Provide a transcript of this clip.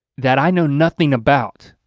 that i know nothing about.